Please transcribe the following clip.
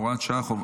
הוראת שעה,